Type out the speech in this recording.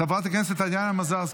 חברת הכנסת טטיאנה מזרסקי,